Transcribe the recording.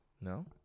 No